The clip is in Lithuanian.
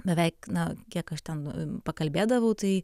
beveik na kiek aš ten pakalbėdavau tai